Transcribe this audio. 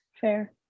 Fair